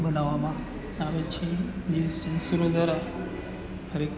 બનાવામાં આવે છે જે ઈસરો દ્વારા હરએક